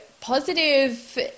positive